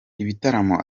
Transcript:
ibitaramo